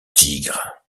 tigre